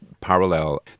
parallel